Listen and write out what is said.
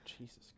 Jesus